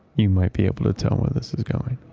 you might be able to tell where this is going.